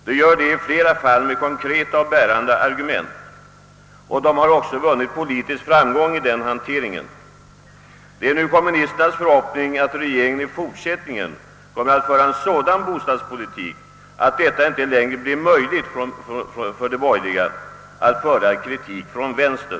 De gör detta i många fall med konkreta och bärande argument. De har också vunnit politisk framgång i den hanteringen. Det är nu kommunisternas förhoppning att regeringen i fortsättningen kommer att föra en sådan bostadspolitik, att det icke längre blir möjligt för de borgerliga att rikta en kritik från vänster.